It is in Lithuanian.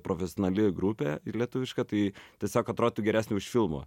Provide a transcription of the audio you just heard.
profesionali grupė ir lietuviška tai tiesiog atrodytų geresnė už filmą